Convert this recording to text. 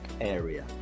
area